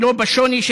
ולא בשוני,